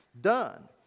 done